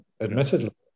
admittedly